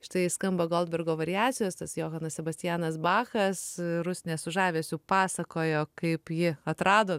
štai skamba goldbergo variacijos tas johanas sebastianas bachas rusnė su žavesiu pasakojo kaip ji atrado